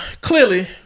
Clearly